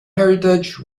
heritage